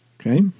Okay